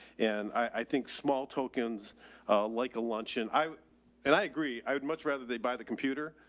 and i think small tokens a like a luncheon. i and i agree. i would much rather they buy the computer,